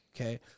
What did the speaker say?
okay